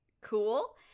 cool